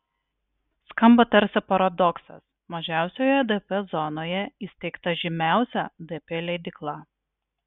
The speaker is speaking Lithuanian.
skamba tarsi paradoksas mažiausioje dp zonoje įsteigta žymiausia dp leidykla